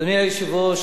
אדוני היושב-ראש,